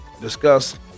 discuss